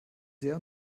sehr